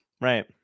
Right